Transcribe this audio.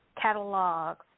catalogs